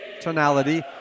tonality